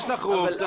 יש בזה הגיון.